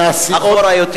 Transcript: העבירו אותי אחורה.